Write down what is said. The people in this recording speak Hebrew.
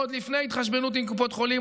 עוד לפני ההתחשבנות עם קופות חולים,